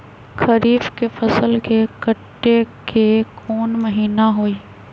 खरीफ के फसल के कटे के कोंन महिना हई?